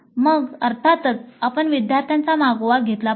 मग अर्थातच आपण विद्यार्थ्यांचा मागोवा घेतला पाहिजे